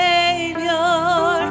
Savior